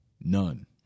None